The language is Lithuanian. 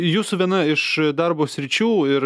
jūsų viena iš darbo sričių ir